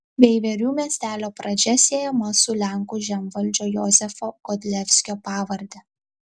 veiverių miestelio pradžia siejama su lenkų žemvaldžio jozefo godlevskio pavarde